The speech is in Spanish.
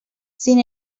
sin